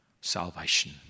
salvation